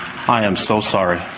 i am so sorry